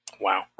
Wow